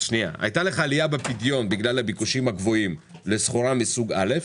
שהיתה לך עלייה בפדיון בגלל הביקושים הגבוהים לסחורה מסוג א',